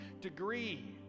degree